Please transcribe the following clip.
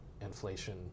inflation